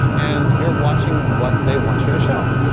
and you're watching what they want you to show,